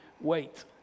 wait